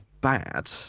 bad